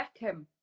beckham